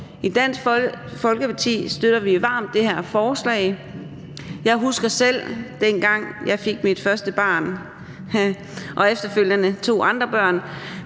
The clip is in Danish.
I Dansk Folkeparti støtter vi varmt det her forslag. Jeg husker selv, dengang jeg fik mit første barn og efterfølgende